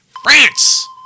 france